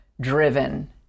driven